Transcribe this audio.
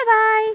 bye bye